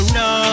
no